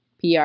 PR